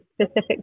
specific